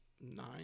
nine